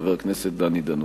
חבר הכנסת דני דנון.